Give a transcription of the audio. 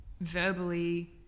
verbally